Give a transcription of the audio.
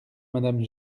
madame